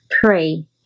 Pray